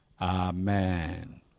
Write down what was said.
Amen